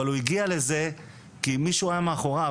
אבל הוא הגיע לזה כי מישהו היה מאחוריו,